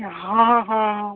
हाँ हाँ